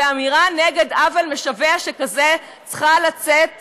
ואמירה נגד עוול משווע כזה צריכה לצאת מפה,